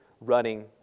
running